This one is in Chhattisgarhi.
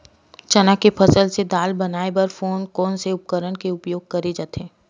चना के फसल से दाल बनाये बर कोन से उपकरण के उपयोग करे जाथे?